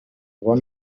bon